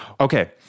Okay